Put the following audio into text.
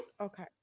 Okay